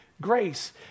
grace